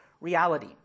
reality